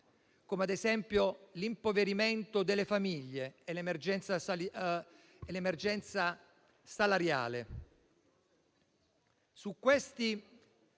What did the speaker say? ad esempio, l'impoverimento delle famiglie e l'emergenza salariale.